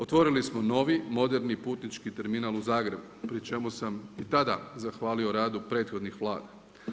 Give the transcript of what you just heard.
Otvorili smo novi moderni putnički terminal u Zagrebu, pri čemu sam i tada zahvalio radu prethodnih Vladi.